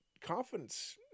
confidence